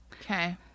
Okay